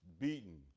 beaten